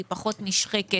היא פחות נשחקת.